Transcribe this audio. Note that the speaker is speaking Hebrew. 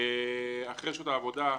אחרי שעות העבודה.